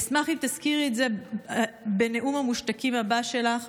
אשמח אם תזכירי את זה בנאום המושתקים הבא שלך.